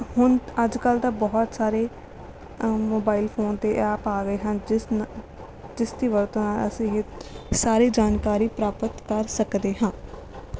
ਹੁਣ ਅੱਜਕੱਲ੍ਹ ਤਾਂ ਬਹੁਤ ਸਾਰੇ ਮੋਬਾਇਲ ਫੋਨ 'ਤੇ ਐਪ ਆ ਗਏ ਹਨ ਜਿਸ ਨਾਲ ਜਿਸ ਦੀ ਵਰਤੋਂ ਨਾਲ ਅਸੀਂ ਸਾਰੀ ਜਾਣਕਾਰੀ ਪ੍ਰਾਪਤ ਕਰ ਸਕਦੇ ਹਾਂ